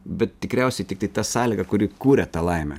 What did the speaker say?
bet tikriausiai tiktai ta sąlyga kuri kūria tą laimę